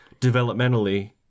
developmentally